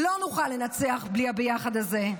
לא נוכל לנצח בלי ה"ביחד" הזה.